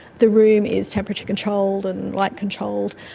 the room is temperature controlled and light controlled.